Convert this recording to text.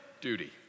duty